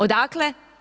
Odakle?